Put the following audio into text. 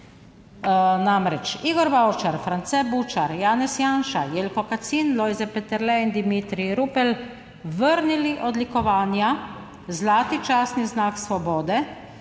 namreč, Igor Bavčar, France Bučar, Janez Janša, Jelko Kacin, Lojze Peterle in Dimitrij Rupel vrnili odlikovanja zlati častni znak svobode,